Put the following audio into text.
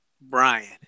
Brian